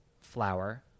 flour